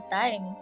time